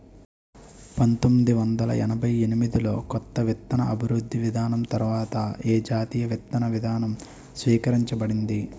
పంతోమ్మిది వందల ఎనభై ఎనిమిది లో కొత్త విత్తన అభివృద్ధి విధానం తర్వాత ఏ జాతీయ విత్తన విధానం స్వీకరించబడింది?